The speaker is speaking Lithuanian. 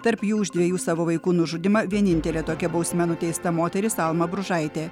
tarp jų už dviejų savo vaikų nužudymą vienintelė tokia bausme nuteista moteris alma bružaitė